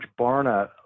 Barna